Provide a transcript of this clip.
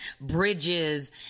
bridges